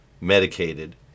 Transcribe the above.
medicated